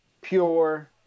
pure